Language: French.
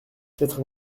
quatre